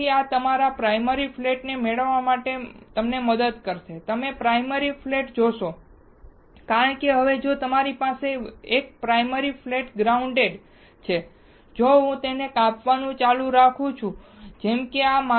તેથી આ આપણને પ્રાયમરી ફ્લેટ મેળવવા માટે મદદ કરશે તમે પ્રાયમરી ફ્લેટ જોશો કારણ કે હવે જો તમારી પાસે 1 પ્રાયમરી ફ્લેટ ગ્રાઇન્ડેડ છે જો હું તેને કાપવાનું ચાલુ રાખું છુંજેમ કે આ